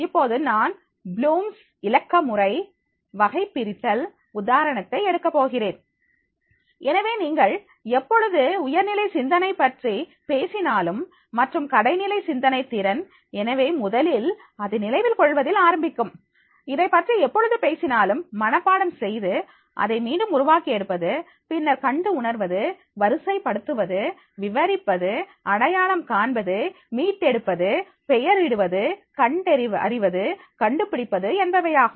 இப்போது நான் புளூம்ஸ்Bloom's இலக்கமுறை வகைபிரித்தல் உதாரணத்தை எடுக்கப் போகிறேன் எனவே நீங்கள் எப்பொழுது உயர்நிலை சிந்தனை திறன் பற்றி பேசினாலும் மற்றும் கடைநிலை சிந்தனை திறன் எனவே முதலில் அது நினைவில் கொள்வதில் ஆரம்பிக்கும் இதைப் பற்றி எப்பொழுது பேசினாலும் மனப்பாடம் செய்து அதை மீண்டும் உருவாக்கி எடுப்பது பின்னர் கண்டு உணர்வது வரிசைப்படுத்துவது விவரிப்பது அடையாளம் காண்பதுமீட்டெடுப்பது பெயரிடுவது கண்டறிவது கண்டுபிடிப்பது என்பவையாகும்